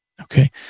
Okay